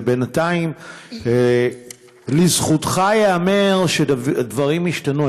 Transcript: ובינתיים לזכותך ייאמר שהדברים השתנו.